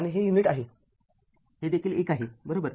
आणि हे युनिट आहे हे देखील १ आहे बरोबर